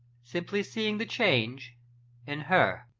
simply seeing the change in her,